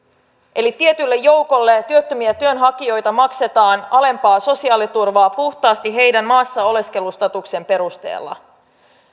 eli tietylle joukolle työttömiä työnhakijoita maksetaan alempaa sosiaaliturvaa puhtaasti heidän maassaoleskelustatuksensa perusteella